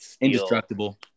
indestructible